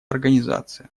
организация